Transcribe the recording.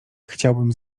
chciałbym